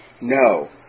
No